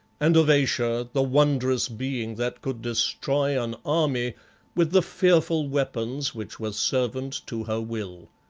and of ayesha, the wondrous being that could destroy an army with the fearful weapons which were servant to her will.